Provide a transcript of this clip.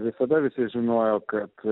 visada visi žinojo kad